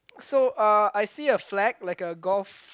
so uh I see a flag like a golf